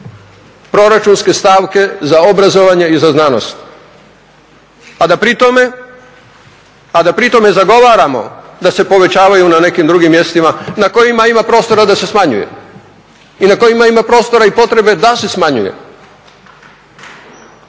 proračunske stavke za obrazovanje i za znanost, a da pri tome zagovaramo da se povećavaju na nekim drugim mjestima na kojima ima prostora da se smanjuje i na kojima ima prostora i potrebe da se smanjuje.